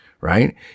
right